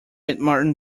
martin